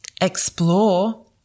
explore